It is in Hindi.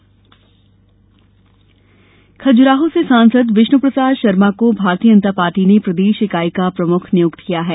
भाजपा एमपी अध्यक्ष खज़ुराहो से सांसद विष्णु प्रसाद शर्मा को भारतीय जनता पार्टी ने प्रदेश इकाई का प्रमुख नियुक्त किया है